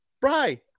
Bry